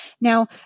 Now